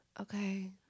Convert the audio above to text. Okay